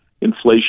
Inflation